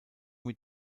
mit